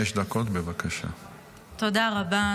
תודה רבה.